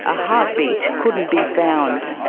ah heartbeat couldn't be found.